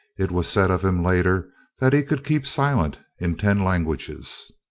it was said of him later that he could keep silent in ten languages.